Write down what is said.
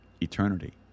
eternity